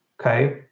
okay